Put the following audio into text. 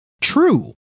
true